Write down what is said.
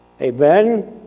Amen